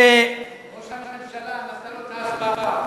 ראש הממשלה נתן לו את ההסברה.